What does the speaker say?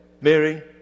Mary